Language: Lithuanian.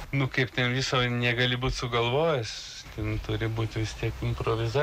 nu kaip ten viso negali būt sugalvojęs ten turi būt vis tiek improviza